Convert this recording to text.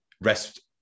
rest